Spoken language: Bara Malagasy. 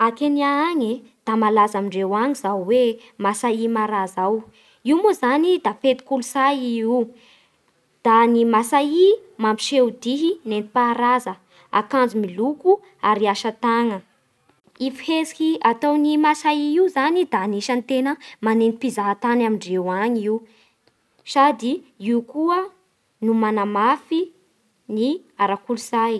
A Kenya any e, da malaza amindreo any zao masay mara zao, io moa zany da fety kolotsay i io Da ny masay mampiseho dihy nentim-paharaza, ankanjo miloko ary asa tanà Ny fihetsiky ny masay io zany da anisan'ny tena mameno mpizahan-tany amindreo any io sady io koa no manamafy ara-kolotsay